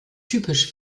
typisch